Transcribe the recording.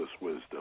Wisdom